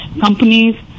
companies